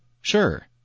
Sure